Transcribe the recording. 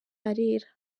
arera